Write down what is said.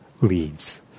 leads